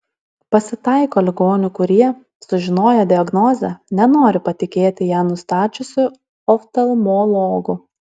pasitaiko ligonių kurie sužinoję diagnozę nenori patikėti ją nustačiusiu oftalmologu